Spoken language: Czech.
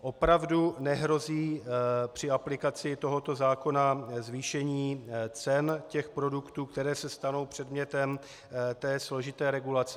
Opravdu nehrozí při aplikaci tohoto zákona zvýšení cen produktů, které se stanou předmětem té složité regulace?